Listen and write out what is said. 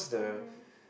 mmhmm